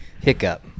hiccup